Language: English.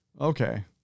Okay